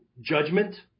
judgment